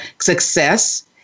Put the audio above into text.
success